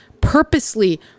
purposely